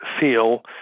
feel